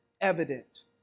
evidence